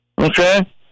Okay